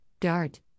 DART